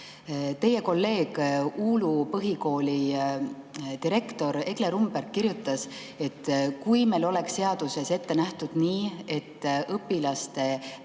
Teie kolleeg, Uulu Põhikooli direktor Egle Rumberg kirjutas, et kui meil oleks seaduses ette nähtud nii, et õpilaste